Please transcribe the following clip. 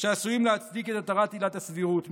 עשויים להצדיק את התרת עילת הסבירות,